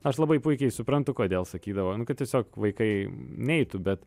aš labai puikiai suprantu kodėl sakydavo nu kad tiesiog vaikai neitų bet